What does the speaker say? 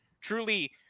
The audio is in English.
Truly